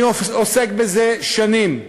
אני עוסק בזה שנים,